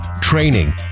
training